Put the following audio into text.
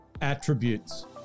attributes